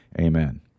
amen